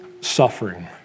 suffering